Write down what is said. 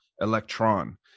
Electron